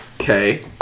Okay